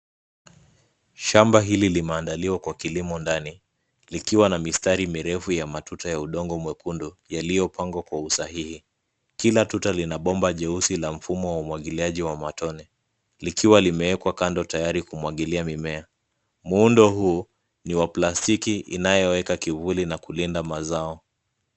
Shamba hili limeandaliwa kwa kilimo ndani likiwa na mistari mirefu ya matuta ya udongo mwekundu yaliyopangwa kwa usahihi. Kila tuta lina bomba jeusi la mfumo wa umwagiliaji wa matone, likiwa limeekwa kando tayari kumwagilia mimea. Muundo huu ni wa plastiki inayoweka kivuli na kulinda mazao.